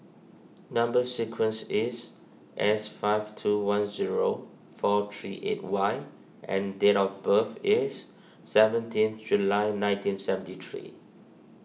Number Sequence is S five two one zero four three eight Y and date of birth is seventeenth July nineteen seventy three